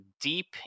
deep